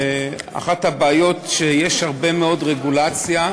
אחת הבעיות היא שיש הרבה רגולציה,